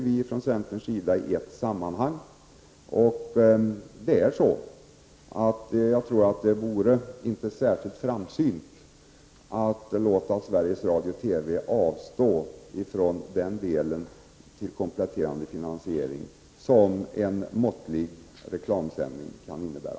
Vi i centern anser att detta bör diskuteras i ett sammanhang. Det vore nog inte särskilt framsynt att låta Sveriges Radio/TV avstå ifrån den kompletterande finansiering som en måttlig reklamsändning kan innebära.